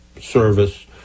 service